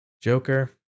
joker